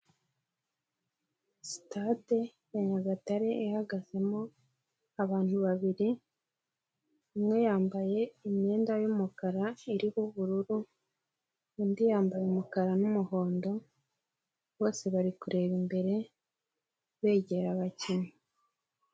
Sitade ya Nyagatare ihagazemo abantu babiri; umwe yambaye imyenda y'umukara iriho ubururu, undi yambaye umukara n'umuhondo, bose bari kureba imbere begera abakinnyi.